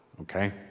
okay